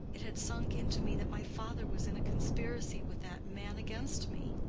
it had sunk into me that my father was in a conspiracy with that man against me.